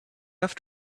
have